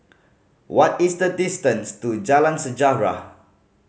what is the distance to Jalan Sejarah